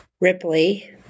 Ripley